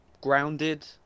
grounded